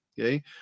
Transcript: Okay